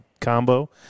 combo